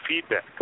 feedback